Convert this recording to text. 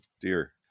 dear